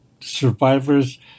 survivors